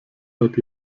seit